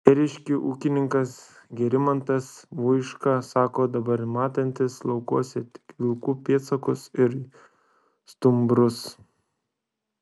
ėriškių ūkininkas gerimantas voiška sako dabar matantis laukuose tik vilkų pėdsakus ir stumbrus